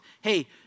hey